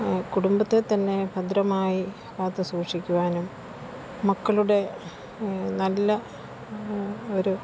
കുടുംബത്തെതന്നെ ഭദ്രമായി കാത്തുസൂക്ഷിക്കുവാനും മക്കളുടെ നല്ല ഒരു